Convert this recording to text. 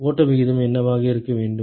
ஓட்ட விகிதம் என்னவாக இருக்க வேண்டும்